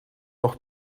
nog